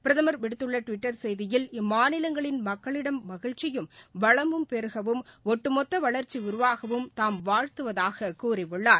பிரதமர் விடுத்துள்ள டிவிட்டர் செய்தியில் இம்மாநிலங்களின் மக்களிடம் மகிழ்ச்சியும் வளமும் பெருகவும் ஒட்டுமொத்த வளர்ச்சி உருவாகவும் தாம் வாழ்த்துவதாக கூறியுள்ளார்